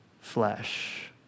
flesh